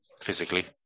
physically